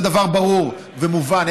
זה דבר ברור ומובן.